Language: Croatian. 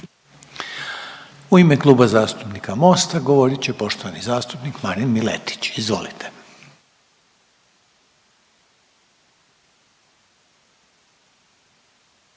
u ime Kluba zastupnika Možemo! govoriti poštovana zastupnica Jelena Miloš, izvolite.